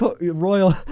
royal